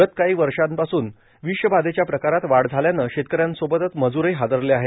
गत काही वर्षापासून विषबाधेच प्रकारात वाढ झाल्यानं शेतकऱ्यांसोबतच मजूरही हादरले आहेत